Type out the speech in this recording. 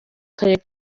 karere